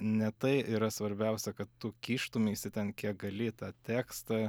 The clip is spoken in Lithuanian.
ne ne tai yra svarbiausia kad tu kištumeisi ten kiek gali į tą tekstą